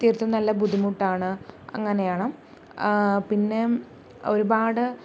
തീർത്തും നല്ല ബുദ്ധിമുട്ടാണ് അങ്ങനെയാണ് പിന്നെ ഒരുപാട്